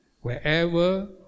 wherever